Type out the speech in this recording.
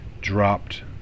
dropped